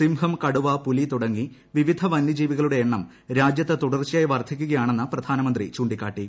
സിംഹം കടുവ പുലി തുടങ്ങി വിവിധ വനൃജീവികളുടെ എണ്ണം രാജൃത്ത് തുടർച്ചയായി വർധിക്കുകയാണെന്ന് പ്രധാനമന്ത്രി ചൂണ്ടിക്കാട്ടി